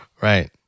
Right